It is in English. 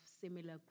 similar